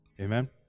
Amen